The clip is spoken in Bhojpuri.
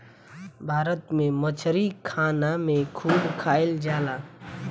भारत में मछरी खाना में खूब खाएल जाला